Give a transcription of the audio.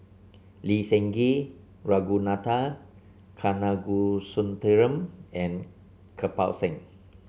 Lee Seng Gee Ragunathar Kanagasuntheram and Kirpal Singh